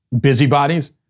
busybodies